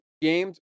games